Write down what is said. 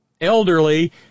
elderly